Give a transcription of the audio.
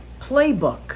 playbook